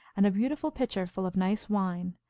and a beautiful pitcher full of nice wine,